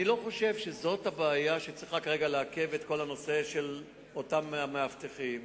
אני לא חושב שזו הבעיה שצריכה כרגע לעכב את כל הנושא של אותם מאבטחים.